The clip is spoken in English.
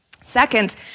Second